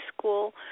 school